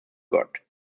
god